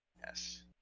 Yes